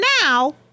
now